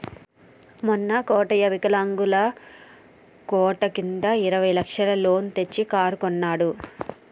మొన్న కోటయ్య వికలాంగుల కోట కింద ఇరవై లక్షల లోన్ తెచ్చి కారు కొన్నడు